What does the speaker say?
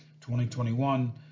2021